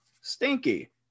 stinky